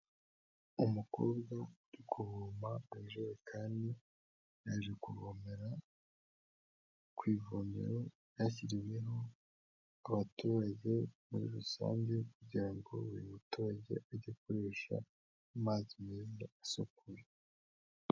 Umukobwa uri kuvoma ku ijerekani, yaje kuvomera ku ivomero ryashyiriweho abaturage muri rusange, kugira ngo buri muturage ajye akoresha amazi meza asukuye.